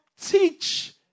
teach